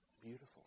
beautiful